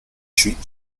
treat